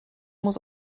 muss